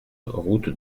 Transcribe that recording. route